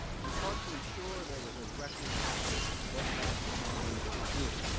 in part to ensure there was a record of what ambassador sondland was doing.